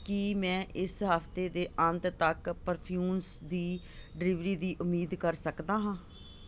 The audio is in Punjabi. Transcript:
ਕੀ ਮੈਂ ਇਸ ਹਫਤੇ ਦੇ ਅੰਤ ਤੱਕ ਪਰਫਿਅੂਮਸ ਦੀ ਡਿਲੀਵਰੀ ਦੀ ਉਮੀਦ ਕਰ ਸਕਦਾ ਹਾਂ